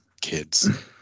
kids